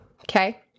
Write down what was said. okay